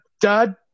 Dad